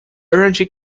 energy